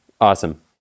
Awesome